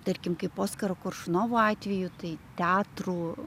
tarkim kaip oskaro koršunovo atveju tai teatrų